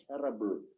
terrible